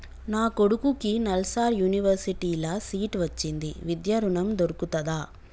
నా కొడుకుకి నల్సార్ యూనివర్సిటీ ల సీట్ వచ్చింది విద్య ఋణం దొర్కుతదా?